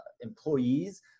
employees